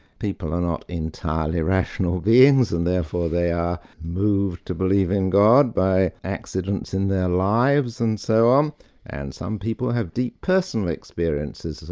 people are not entirely rational beings, and therefore they are moved to believe in god by accidents in their lives and so on um and some people have deep personal experiences,